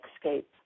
Escape